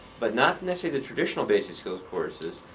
but not necessarily the traditional basic skills courses,